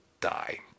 die